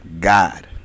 God